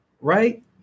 right